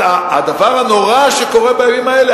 הדבר הנורא שקורה בימים האלה,